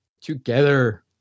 together